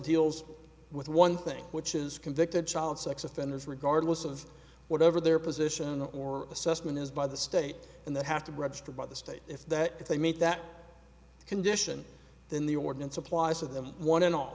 deals with one thing which is convicted child sex offenders regardless of whatever their position or assessment is by the state and they have to register by the state if that they meet that condition then the ordinance applies to them one and all